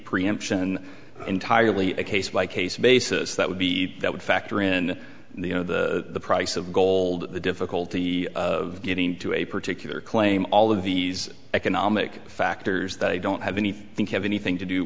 preemption entirely a case by case basis that would be that would factor in the you know the price of gold the difficulty of getting to a particular claim all of these economic factors that don't have any think have anything to do